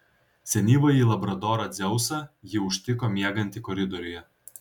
senyvąjį labradorą dzeusą ji užtiko miegantį koridoriuje